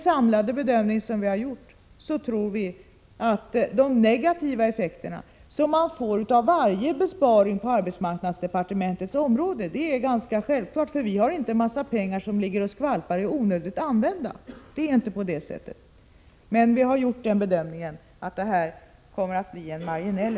Varje besparing inom arbetsmarknadsdepartementets verksamhetsområde medför naturligtvis negativa effekter. Det är självklart, eftersom vi inte har några pengar som ligger och skvalpar i onödan. Men vi har gjort den samlade bedömningen att effekterna blir marginella.